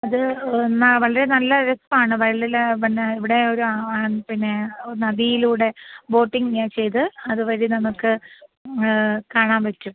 ഇത് എന്നാൽ വളരെ നല്ല രസമാണ് വൈൽഡിൽ പിന്നെ ഇവിടെ ഒരു ആ ആ പിന്നെ നദിയിലൂടെ ബോട്ടിംഗ് ഞാൻ ചെയ്ത് അതുവഴി നമുക്ക് കാണാൻ പറ്റും